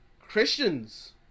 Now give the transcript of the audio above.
Christians